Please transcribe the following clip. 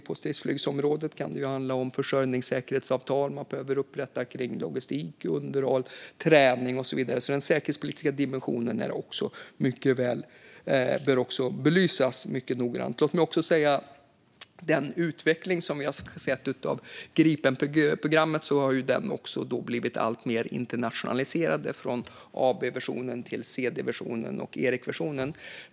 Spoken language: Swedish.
På stridsflygsområdet kan det handla om försörjningssäkerhetsavtal som man behöver upprätta kring logistik, underhåll, träning och så vidare. Den säkerhetspolitiska dimensionen bör också belysas mycket noggrant. Som vi har sett har utvecklingen av Gripenprogrammet blivit alltmer internationaliserat från A D-versionen och E-versionen.